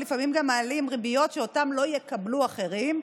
ולפעמים גם מעלים ריביות שאותן לא יקבלו אחרים.